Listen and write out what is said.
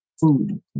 food